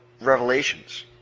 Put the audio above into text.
revelations